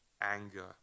anger